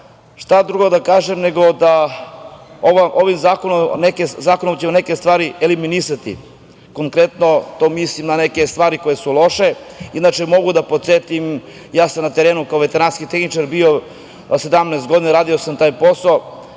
drugo da kažem, ovim zakonom ćemo neke stvari eliminisati. Konkretno, tu mislim na neke stvari koje su loše. Inače, da podsetim, ja sam na terenu bio veterinarski tehničar 17 godina, radio sam taj posao.